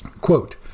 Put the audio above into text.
Quote